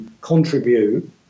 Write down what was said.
contribute